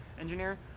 engineer